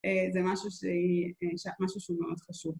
זה משהו שהוא מאוד חשוב.